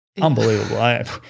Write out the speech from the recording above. Unbelievable